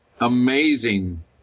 amazing